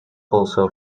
also